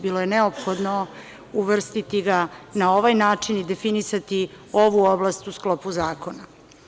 Bilo je neophodno uvrstiti ga na ovaj način i definisati ovu oblast u sklopu zakona.